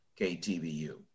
KTVU